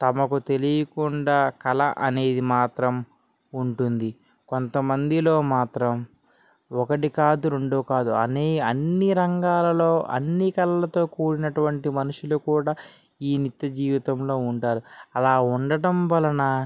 తమకు తెలియకుండా కళ అనేది మాత్రం ఉంటుంది కొంతమందిలో మాత్రం ఒకటి కాదు రెండు కాదు అనీ అన్ని రంగాలలో అన్ని కళలతో కూడిన అటువంటి మనుషులు కూడా ఈ నిత్యజీవితంలో ఉంటారు అలా ఉండటం వలన